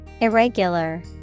Irregular